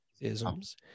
isms